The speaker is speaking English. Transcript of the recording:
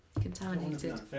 contaminated